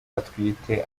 atwite